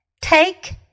Take